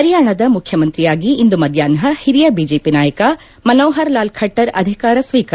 ಹರಿಯಾಣದ ಮುಖ್ಯಮಂತ್ರಿಯಾಗಿ ಇಂದು ಮಧ್ಯಾಹ್ನ ಹಿರಿಯ ಬಿಜೆಪಿ ನಾಯಕ ಮನೋಹರ್ಲಾಲ್ ಖಟ್ಟರ್ ಅಧಿಕಾರ ಸ್ವೀಕಾರ